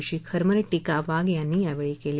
अशी खरमरीत टीका वाघ यांनी यावेळी केली